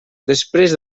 després